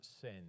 sin